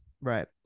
right